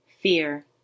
Fear